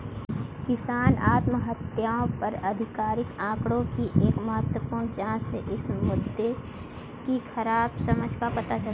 किसान आत्महत्याओं पर आधिकारिक आंकड़ों की एक महत्वपूर्ण जांच से इस मुद्दे की खराब समझ का पता चलता है